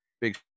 big